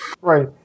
right